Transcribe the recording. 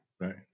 right